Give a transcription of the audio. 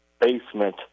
basement